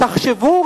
תחשבו,